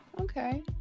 Okay